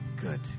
good